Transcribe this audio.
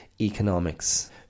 economics